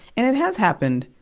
and it has happened,